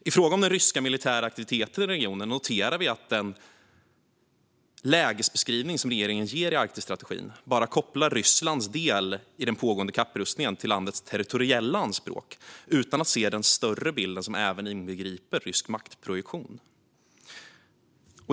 I fråga om den ryska militära aktiviteten i regionen noterar vi att den lägesbeskrivning som regeringen ger i Arktisstrategin bara kopplar Rysslands del i den pågående kapprustningen till landets territoriella anspråk utan att se den större bilden, som även inbegriper rysk maktprojektion.